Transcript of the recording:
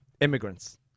immigrants